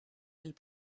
elles